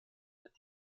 mit